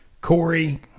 Corey